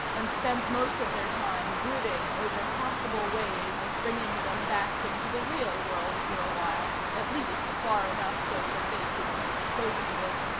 and spent most of their time brooding over possible ways of bringing them back into the real world for a while, at least far enough so that they could be spoken with.